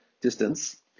distance